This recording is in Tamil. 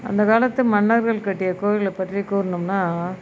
அந்த காலத்து மன்னர்கள் கட்டிய கோயில்களை பற்றி கூறுனம்னால்